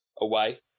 away